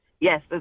Yes